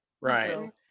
right